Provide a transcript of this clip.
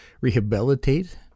rehabilitate